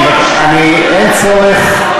אין צורך,